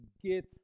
Get